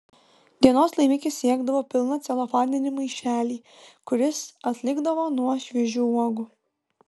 dienos laimikis siekdavo pilną celofaninį maišelį kuris atlikdavo nuo šviežių uogų